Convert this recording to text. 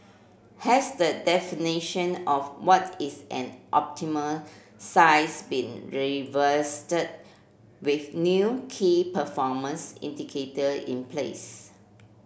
has the definition of what is an optimal size been revisited with new key performance indicator in place